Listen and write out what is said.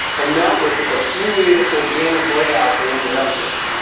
and now look at the fluid, organic layout they ended up with.